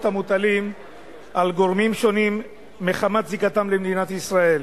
המוטלים על גורמים שונים מחמת זיקתם למדינת ישראל.